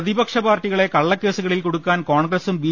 പ്രതിപക്ഷ പാർട്ടികളെ കള്ളക്കേസുകളിൽ കൂടുക്കാൻ കോൺ ഗ്രസും ബി